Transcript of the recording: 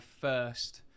first